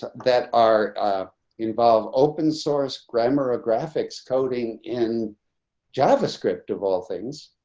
that are involved open source grammar, ah graphics, coding in javascript of all things,